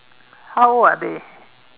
how old are they